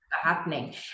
happening